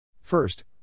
First